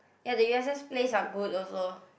ya the U_S_S plays are good also